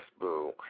boo